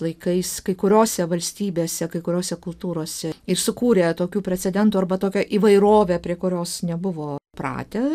laikais kai kuriose valstybėse kai kuriose kultūrose ir sukūrė tokių precedentų arba tokią įvairovę prie kurios nebuvo pratę